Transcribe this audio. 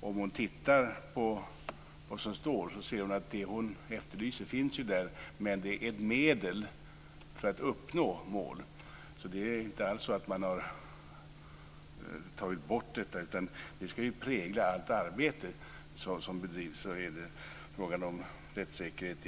Om hon tittar på vad som står ser hon att det hon efterlyser finns där, men det är ett medel för att uppnå målen. Det är alltså inte så att man han har tagit bort det, utan det ska prägla det arbete som bedrivs i fråga om rättssäkerhet,